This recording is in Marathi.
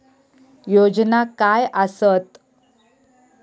योजना काय आसत?